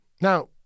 Now